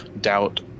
doubt